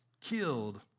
killed